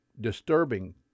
disturbing